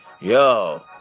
yo